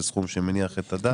זה סכום שמניח את הדעת.